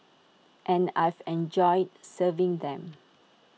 and I've enjoyed serving them